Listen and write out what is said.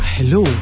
Hello